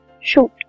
shoot